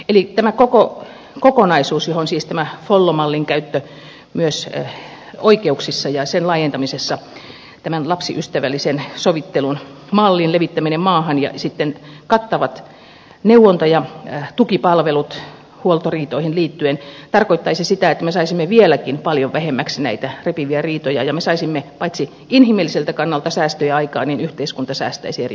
eli tämä koko kokonaisuus johon siis liittyy tämä follo mallin käyttö myös oikeuksissa ja sen laajentamisessa tämän lapsiystävällisen sovittelun mallin levittäminen maahan ja sitten kattavat neuvonta ja tukipalvelut huoltoriitoihin liittyen tarkoittaisi sitä että me saisimme vieläkin paljon vähennettyä näitä repiviä riitoja ja paitsi että me saisimme inhimilliseltä kannalta säästöjä aikaan myös yhteiskunta säästäisi erittäin paljon